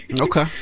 Okay